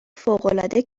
فوقالعاده